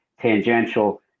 tangential